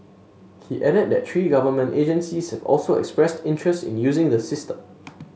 he added that three government agencies have also expressed interest in using the system